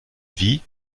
vie